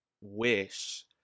wish